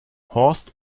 horst